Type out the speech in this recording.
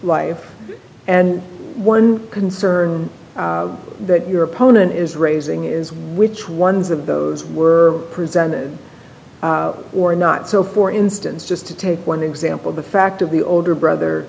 life and one concern that your opponent is raising is which ones of those were presented or not so for instance just to take one example the fact of the older brother